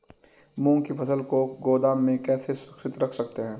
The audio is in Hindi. मूंग की फसल को गोदाम में कैसे सुरक्षित रख सकते हैं?